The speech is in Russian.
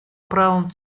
правам